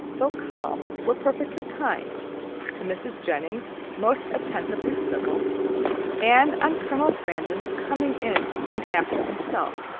though calm, were perfectly kind to mrs. jennings, most attentively civil and on colonel brandon's coming in soon after himself,